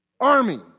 Army